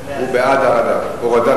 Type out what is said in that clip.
זה בעד הורדה,